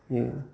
बे